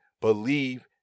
believe